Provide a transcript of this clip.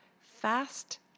fast